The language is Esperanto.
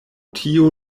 tio